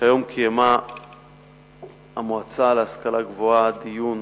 שהיום המועצה להשכלה גבוהה קיימה דיון